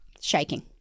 shaking